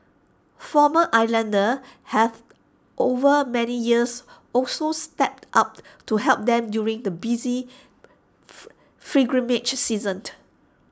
former islanders have over many years also stepped up to help them during the busy pilgrimage season